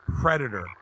Predator